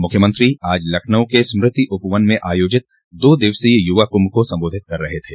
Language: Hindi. मुख्यमंत्री आज लखनऊ के स्मृति उपवन में आयोजित दो दिवसीय युवा कुभ को संबोधित कर रहे थे